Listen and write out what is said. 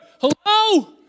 hello